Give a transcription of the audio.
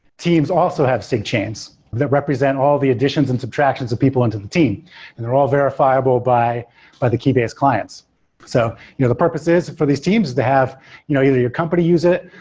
teams also have sigchains that represent all the additions and subtractions of people into the team and they're all verifiable by by the keybase clients so the purpose is for these teams to have you know either your company use it,